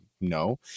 no